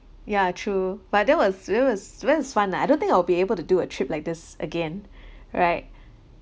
ya true but that was it was it was fun lah I don't think I'll be able to do a trip like this again right